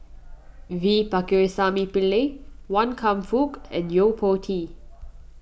V Pakirisamy Pillai Wan Kam Fook and Yo Po Tee